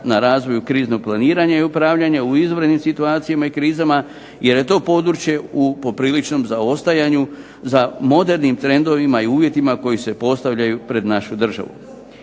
na razvoju kriznog planiranja i upravljanja u izvanrednim situacijama i krizama jer je to područje u popriličnom zaostajanju za modernim trendovima i uvjetima koji se postavljaju pred našu državu.